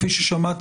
כפי ששמעת,